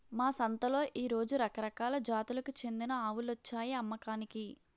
మా సంతలో ఈ రోజు రకరకాల జాతులకు చెందిన ఆవులొచ్చాయి అమ్మకానికి